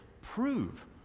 prove